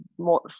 More